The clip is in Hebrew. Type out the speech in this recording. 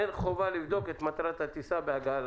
אין חובה לבדוק את מטרת הטיסה בהגעה לשדה.